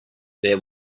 there